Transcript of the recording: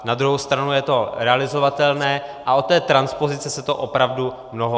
Na druhou stranu je to realizovatelné a od té transpozice se to opravdu mnoho neodchyluje.